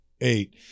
eight